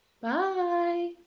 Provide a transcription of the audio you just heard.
Bye